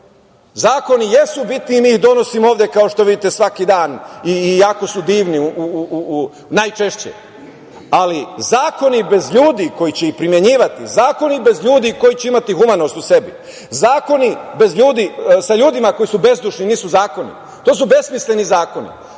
Zakoni jesu bitni i mi ih donosimo ovde kao što vidite svaki dan, i jako su divni najčešće, ali zakoni bez ljudi koji će ih primenjivati, zakoni bez ljudi koji će imati humanost o sebi, zakoni sa ljudima koji su bezdušni nisu zakoni, to su besmisleni zakoni,